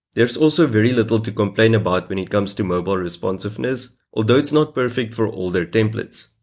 there's also very little to complain about when it comes to mobile responsiveness, although it's not perfect for all their templates.